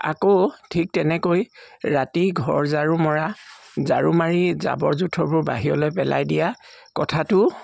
আকৌ ঠিক তেনেকৈ ৰাতি ঘৰ ঝাৰু মৰা ঝাৰু মাৰি জাবৰ জোঁথৰবোৰ বাহিৰলৈ পেলাই দিয়া কথাটো